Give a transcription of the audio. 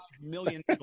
million